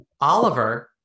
Oliver